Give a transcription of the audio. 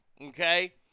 okay